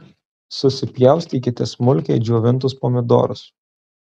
susipjaustykite smulkiai džiovintus pomidorus